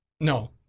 no